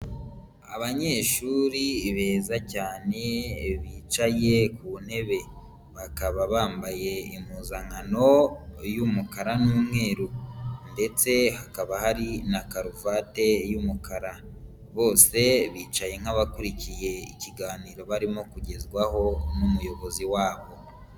Abanyeshuri beza cyane bicaye ku ntebe, bakaba bambaye impuzankano y'umukara n'umweru ndetse hakaba hari na karuvate y'umukara, bose bicaye nk'abakurikiye ikiganiro barimo kugezwaho n'umuyobozi wabo.